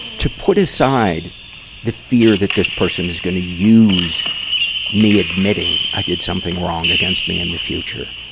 to put aside the fear that this person's gonna use me admitting i did something wrong against me in the future.